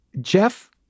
Jeff